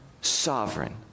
sovereign